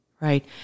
Right